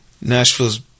Nashville's